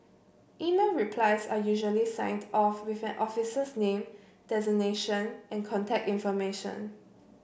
email replies are usually signed off with an officer's name designation and contact information